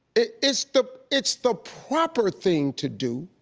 it's the it's the proper thing to do,